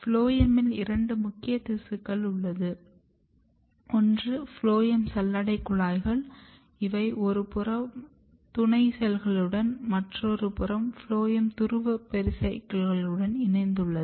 ஃபுளோயமில் இரண்டு முக்கிய திசுக்கள் உள்ளது ஒன்று ஃபுளோயம் சல்லடை குழாய்கள் இவை ஒரு புறம் துணை செல்களுடனும் மற்றொரு புறம் ஃபுளோயம் துருவ பெரிசைக்கிளுடனும் இணைந்துள்ளது